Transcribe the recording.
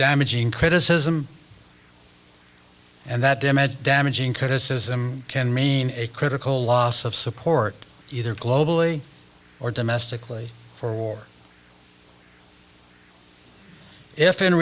damaging criticism and that damage damaging criticism can mean a critical loss of support either globally or domestically for war if in